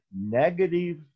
negative